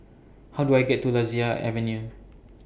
How Do I get to Lasia Avenue